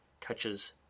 touches